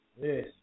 Yes